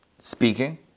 Speaking